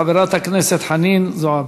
חברת הכנסת חנין זועבי.